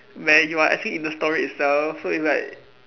when you are actually in the story itself so it's like